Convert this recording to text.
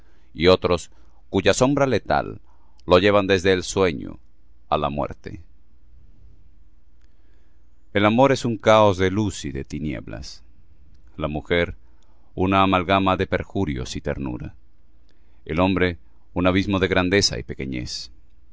y otros cuya sombra letal lo llevan desde el sueño á la muerte el amor es un caos de luz y de tinieblas la mujer una amalgama de perjurios y ternura el hombre un abismo de grandeza y pequenez